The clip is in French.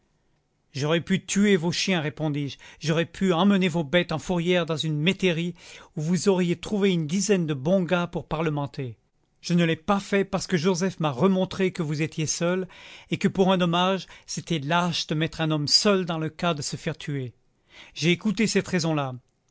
j'aurais pu tuer vos chiens répondis-je j'aurais pu emmener vos bêtes en fourrière dans une métairie où vous auriez trouvé une dizaine de bon gars pour parlementer je ne l'ai pas fait parce que joseph m'a remontré que vous étiez seul et que pour un dommage c'était lâche de mettre un homme seul dans le cas de se faire tuer j'ai écouté cette raison là